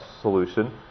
solution